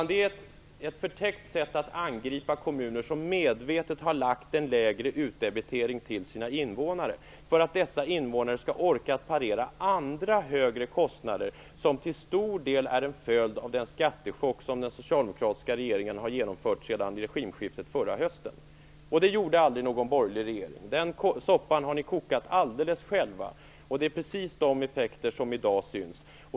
Det är ett förtäckt sätt att angripa kommuner som medvetet har gjort en lägre utdebitering från sina invånare, för att dessa invånare skall orka parera andra högre kostnader som till stor del är en följd av den skattechock som den socialdemokratiska regeringen har genomfört sedan regimskiftet förra hösten. Det gjorde aldrig någon borgerlig regering. Den soppan har ni kokat alldeles själva. Det är precis dessa effekter som i dag syns.